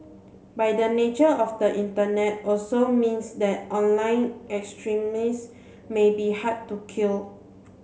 by the nature of the Internet also means that online extremism may be hard to kill